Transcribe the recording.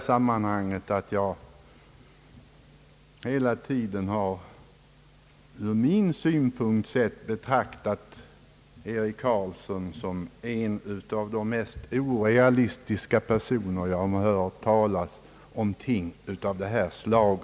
sammanhang konstatera att jag hela tiden ur min synpunkt sett har betraktat herr Eric Carlsson som en av de mest orealistiska personer jag hört tala om ting av detta slag.